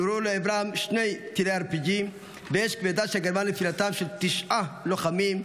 נורו לעברם שני טילי RPG ואש כבדה שגרמה לנפילתם של תשעה לוחמים,